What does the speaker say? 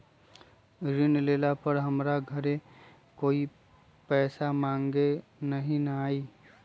ऋण लेला पर हमरा घरे कोई पैसा मांगे नहीं न आई?